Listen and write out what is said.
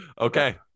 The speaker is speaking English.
Okay